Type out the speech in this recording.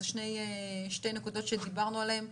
אלו שתי נקודות שדיברנו עליהן.